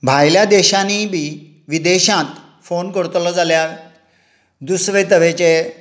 भायल्या देशांनीय बी विदेशात फोन करतलो जाल्यार दुसरे तरेचे